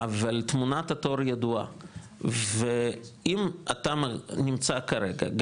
אבל תמונת התור ידועה ואם אתה נמצא כרגע,